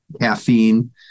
caffeine